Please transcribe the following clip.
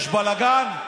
יש בלגן,